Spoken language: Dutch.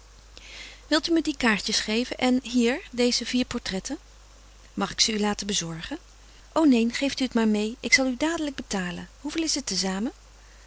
wil u me die kaartjes geven en hier deze vier portretten mag ik ze u laten bezorgen o neen geeft u het maar meê ik zal u dadelijk betalen hoeveel is het